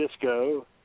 Disco